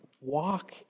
walk